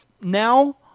now